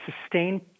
sustain